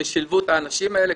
ששילבו את האנשים האלה,